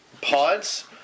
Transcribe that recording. pods